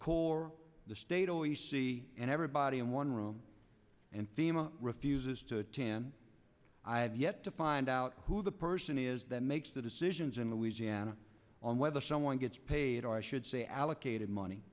corps the state o e c d and everybody in one room and thema refuses to attend i have yet to find out who the person is that makes the decisions in louisiana on whether someone gets paid or i should say allocated money